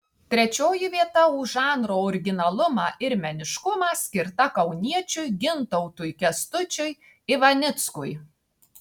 trečioji vieta už žanro originalumą ir meniškumą skirta kauniečiui gintautui kęstučiui ivanickui